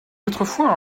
autrefois